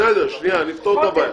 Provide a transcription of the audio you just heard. --- בסדר, נפתור את הבעיה.